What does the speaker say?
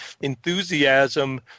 enthusiasm